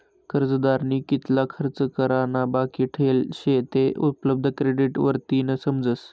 कर्जदारनी कितला खर्च करा ना बाकी ठेल शे ते उपलब्ध क्रेडिट वरतीन समजस